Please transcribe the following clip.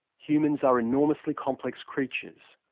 humans are enormously complex creatures,